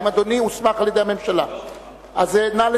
האם אדוני הוסמך על-ידי הממשלה?